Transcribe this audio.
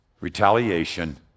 retaliation